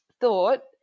thought